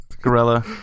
Gorilla